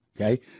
okay